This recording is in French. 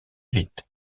witt